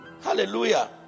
Hallelujah